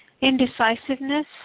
indecisiveness